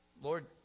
Lord